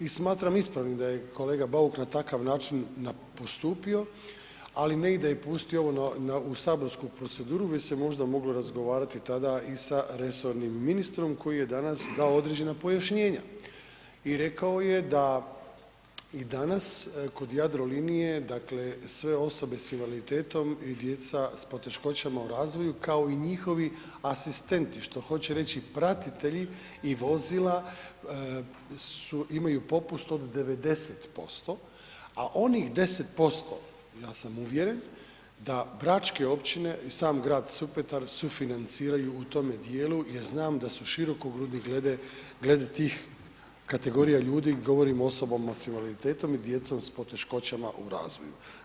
I smatram ispravnim da je kolega Bauk na takav način postupio, ali ne i da je pustio ovo u saborsku proceduru već se možda moglo razgovarati tada i sa resornim ministrom koji je danas dao određena pojašnjenja i rekao je da i danas kod Jadrolinije dakle sve osobe s invaliditetom i djeca s poteškoćama u razvoju, kao i njihovi asistenti, što hoće reći pratitelji i vozila imaju popust od 90%, a onih 10% ja sam uvjeren da bračke općine i sam grad Supetar sufinanciraju u tome dijelu jer znam da su širokogrudni glede tih kategorija ljudi, govorimo o osobama s invaliditetom i djecom s poteškoćama u razvoju.